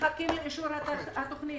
מחכים לאישור התוכנית.